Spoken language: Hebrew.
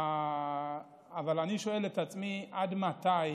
אני שואל את עצמי עד מתי,